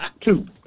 two